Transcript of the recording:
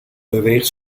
beweegt